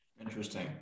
interesting